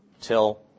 till